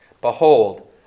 Behold